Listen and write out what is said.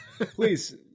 Please